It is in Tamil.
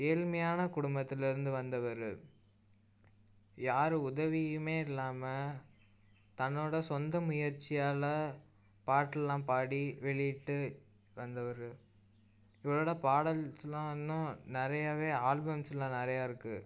ஏழ்மையான குடும்பத்திலேருந்து வந்தவர் யார் உதவியுமே இல்லாமல் தன்னோடய சொந்த முயற்சியாள பாட்டெலான் பாடி வெளியிட்டு வந்தவரு இவரோடய பாடல்ஸ்லாம் இன்னு நிறையவே ஆல்பம்ஸில் நிறைய இருக்குது